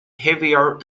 heavier